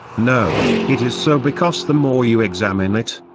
no, it is so because the more you examine it,